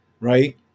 right